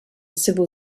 civil